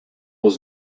was